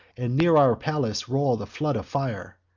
and near our palace roll the flood of fire.